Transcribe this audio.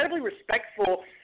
respectful